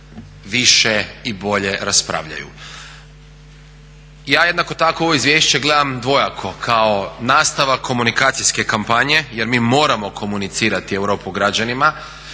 više i bolje raspravljaju. Ja jednako tako ovo izvješće gledam dvojako, kao nastavak komunikacijske kampanje jer mi moramo komunicirati Europu građanima.